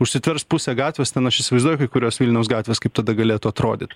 užsitvers pusę gatvės ten aš įsivaizduoju kai kurios vilniaus gatvės kaip tada galėtų atrodyt